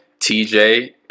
TJ